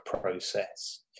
process